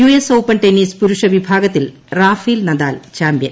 U S open tennis പുരുഷ വിഭാഗത്തിൽ Rafael Nadal champion